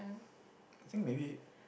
I think maybe